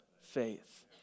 faith